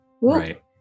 Right